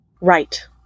Right